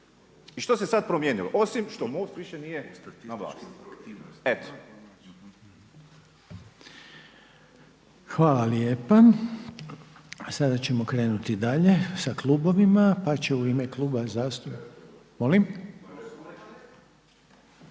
I što se sad promijenilo? Osim što MOST više nije na vlasti. Eto. **Reiner, Željko (HDZ)** Hvala lijepa. Sada ćemo krenuti dalje sa klubovima, pa će u ime Kluba zastupnika…